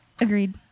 Agreed